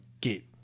get